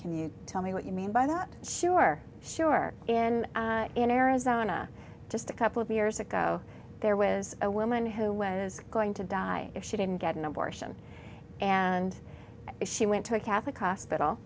can you tell me what you mean by that sure sure and in arizona just a couple of years ago there was a woman who was going to die if she didn't get an abortion and she went to a catholic hospital